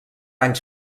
anys